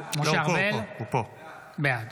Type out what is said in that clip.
בעד